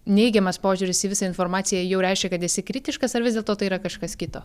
neigiamas požiūris į visą informaciją jau reiškia kad esi kritiškas ar vis dėlto tai yra kažkas kito